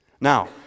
Now